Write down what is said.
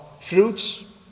fruits